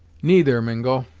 neither, mingo.